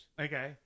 Okay